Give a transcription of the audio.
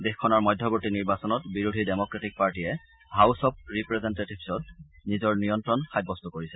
দেশখনৰ মধ্যৱৰ্তী নিৰ্বাচনত বিৰোধী ডেমক্ৰেটিক পাৰ্টিয়ে হাউছ অব ৰিপ্ৰেজেন্টেটিভ্ছত নিজৰ নিয়ন্ত্ৰণ সাব্যস্ত কৰিছে